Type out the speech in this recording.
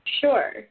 Sure